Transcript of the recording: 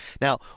Now